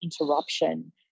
interruption